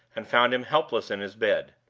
and found him helpless in his bed.